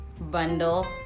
Bundle